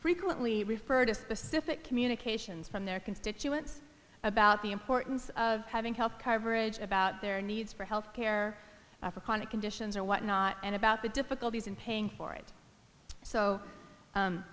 frequently refer to specific communications from their constituents about the importance of having health coverage about their needs for health care conditions or whatnot and about the difficulties in paying for it so